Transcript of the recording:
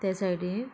त्या सायडी